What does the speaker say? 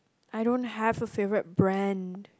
I don't have a favourite brand